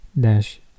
dash